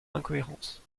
incohérences